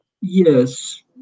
yes